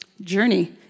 journey